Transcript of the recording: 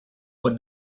when